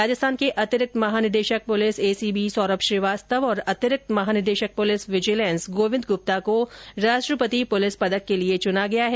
राजस्थान के अतिरिक्त महानिदेशक पुलिस एसीबी सौरभ श्रीवास्तव और अतिरिक्त महानिदेशक पुलिस विजिलेंस गोविंद गुप्ता को राष्ट्रपति पुलिस पदक के लिए चुना गया है